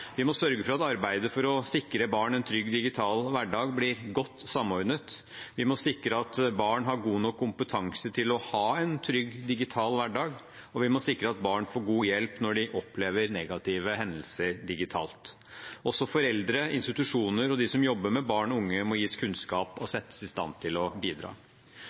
Vi må sørge for at arbeidet for å sikre barn en trygg digital hverdag blir godt samordnet, vi må sikre at barn har god nok kompetanse til å ha en trygg digital hverdag, og vi må sikre at barn får god hjelp når de opplever negative hendelser digitalt. Også foreldre, institusjoner og de som jobber med barn og unge, må gis kunnskap og settes i stand til å bidra.